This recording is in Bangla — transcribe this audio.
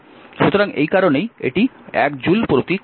সুতরাং এই কারণেই এটি 1 জুল প্রতি কুলম্ব